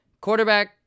quarterback